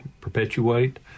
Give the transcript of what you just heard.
perpetuate